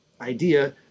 idea